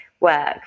work